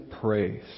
praise